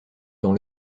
dans